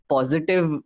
Positive